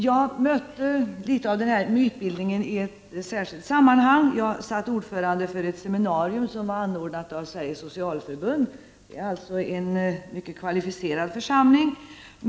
Jag mötte litet av denna mytbildning i ett särskilt sammanhang, nämligen när jag satt som ordförande för ett seminarium anordnat av Sveriges socialförbund — som ju är en mycket kvalificerad församling.